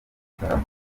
gitaramo